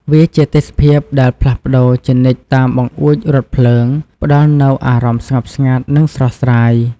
វាជាទេសភាពដែលផ្លាស់ប្តូរជានិច្ចតាមបង្អួចរថភ្លើង ផ្ដល់នូវអារម្មណ៍ស្ងប់ស្ងាត់ និងស្រស់ស្រាយ។